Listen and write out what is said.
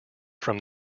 from